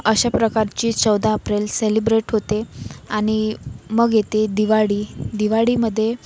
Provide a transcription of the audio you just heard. अशा प्रकारची चौदा अप्रेल सेलिब्रेट होते आणि मग येते दिवाळी दिवाळीमध्ये